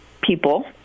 people